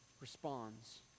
responds